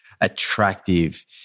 attractive